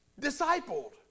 discipled